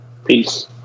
Peace